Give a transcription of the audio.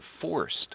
forced